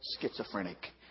schizophrenic